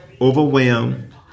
overwhelmed